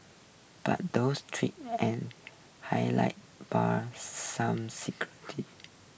but those treat and high line bar some secretive